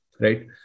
right